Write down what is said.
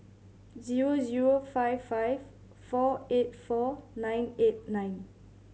zero zero five five four eight four nine eight nine